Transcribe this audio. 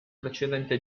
precedente